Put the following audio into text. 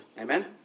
Amen